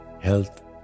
health